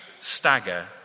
Stagger